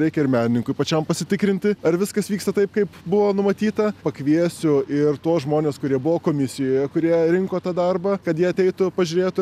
reikia ir menininkui pačiam pasitikrinti ar viskas vyksta taip kaip buvo numatyta pakviesiu ir tuos žmones kurie buvo komisijoje kurie rinko tą darbą kad jie ateitų pažiūrėtų